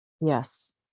Yes